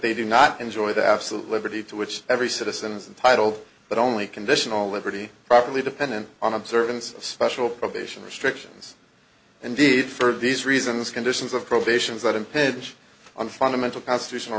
they do not enjoy the absolute liberty to which every citizen is untitled but only conditional liberty properly dependent on observance of special probation restrictions indeed for these reasons conditions of probation is that impinge on fundamental constitutional